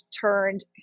turned